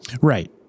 Right